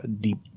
deep